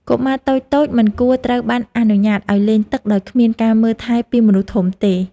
កុមារតូចៗមិនគួរត្រូវបានអនុញ្ញាតឱ្យលេងទឹកដោយគ្មានការមើលថែពីមនុស្សធំទេ។